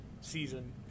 season